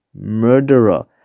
Murderer